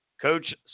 Coach